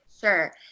Sure